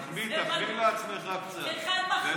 תחמיא, תחמיא לעצמך קצת ולחבר'ה.